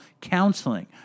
counseling